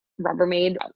rubbermaid